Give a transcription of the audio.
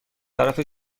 طرف